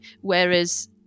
whereas